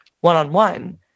one-on-one